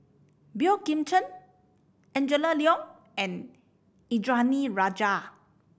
Boey Kim Cheng Angela Liong and Indranee Rajah